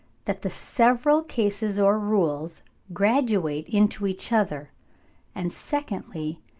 that the several cases or rules graduate into each other and secondly,